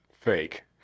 Fake